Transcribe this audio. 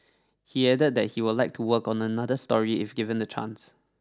he added that he would like to work on another story if given the chance